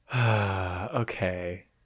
Okay